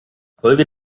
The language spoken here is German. folge